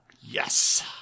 yes